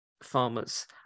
farmers